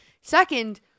Second